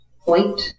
point